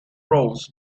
rows